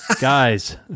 Guys